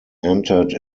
entered